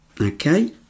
Okay